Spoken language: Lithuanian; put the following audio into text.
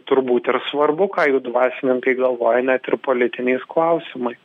turbūt ir svarbu ką jų dvasininkai galvoja net ir politiniais klausimais